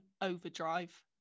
overdrive